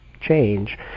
change